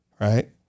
Right